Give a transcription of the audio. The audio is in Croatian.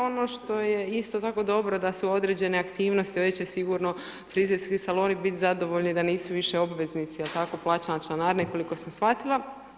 Ono što je isto tako dobro da su određene aktivnosti ovdje će sigurno frizerski saloni biti zadovoljni da nisu više obveznici je li tako, plaćanja članarine, koliko sam shvatila.